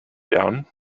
down